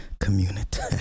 community